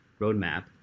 roadmap